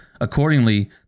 Accordingly